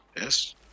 yes